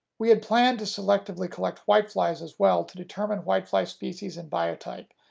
we had planned to selectively collect whiteflies as well to determine whitefly species and biotype,